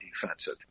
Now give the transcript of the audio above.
defensive